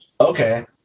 okay